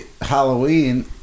Halloween